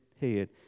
head